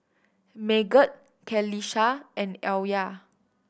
Megat Qalisha and Alya